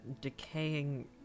decaying